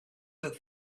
that